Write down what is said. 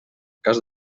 cas